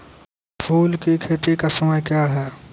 फुल की खेती का समय क्या हैं?